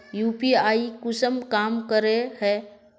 UPI कुंसम काम करे है?